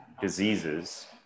diseases